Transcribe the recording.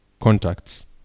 contacts